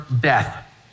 death